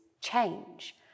change